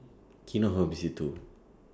Kinohimitsu